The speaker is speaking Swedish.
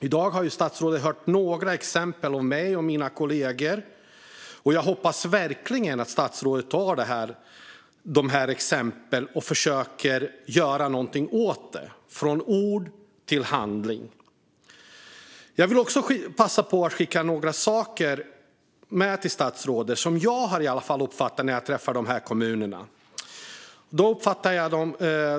I dag har statsrådet hört några exempel från mig och mina kollegor. Och jag hoppas verkligen att statsrådet tar till sig dessa exempel och försöker göra någonting åt detta och gå från ord till handling. Jag vill också passa på att skicka med några saker till statsrådet som de kommuner som jag har träffat har tagit upp.